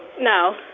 No